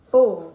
Four